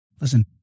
Listen